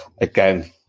Again